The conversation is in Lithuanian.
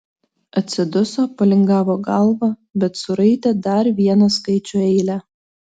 atsiduso palingavo galvą bet suraitė dar vieną skaičių eilę